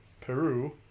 Peru